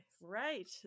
right